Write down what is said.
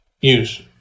use